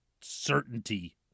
certainty